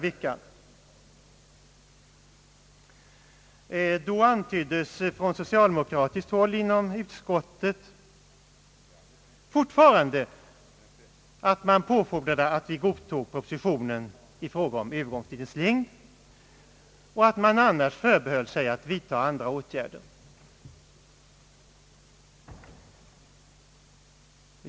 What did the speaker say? veckan antyddes från socialdemokratiskt håll inom utskottet, att man fortfarande fordrade att vi godtog propositionen i fråga om Öövergångstidens längd och att man annars förbehöll sig rätt att vidta andra åtgärder.